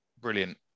brilliant